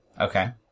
Okay